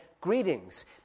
greetings